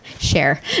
Share